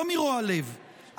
לא מרוע לב,